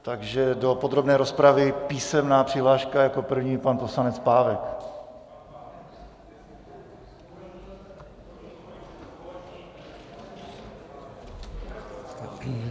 Takže do podrobné rozpravy písemná přihláška jako první poslanec Pávek.